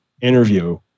interview